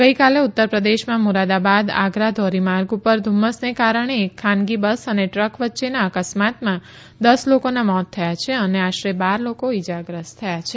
ગઇકાલે ઉત્તર પ્રદેશમાં મુરાદાબાદ આગરા ધોરીમાર્ગ પર ધુમ્મસને કારણે એક ખાનગી બસ અને ટ્રક વચ્ચેના અકસ્માતમાં દસ લોકોના મોત થયા છે અને આશરે બાર લોકો ઇજાગ્રસ્ત થયા છે